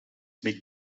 make